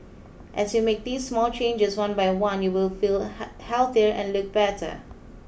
as you make these small changes one by one you will feel healthier and look better